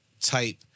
type